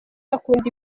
akunda